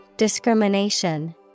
Discrimination